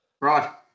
Right